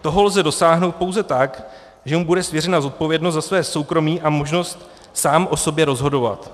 Toho lze dosáhnout pouze tak, že mu bude svěřena zodpovědnost za své soukromí a možnost sám o sobě rozhodovat.